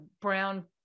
brown